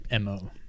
MO